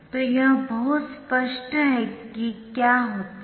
तो यह बहुत स्पष्ट है कि क्या होता है